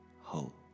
hope